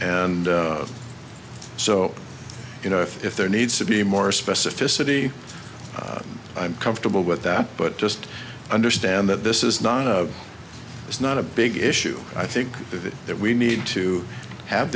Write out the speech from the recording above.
and so you know if there needs to be more specificity i'm comfortable with that but just understand that this is not of it's not a big issue i think that we need to have